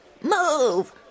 Move